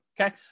okay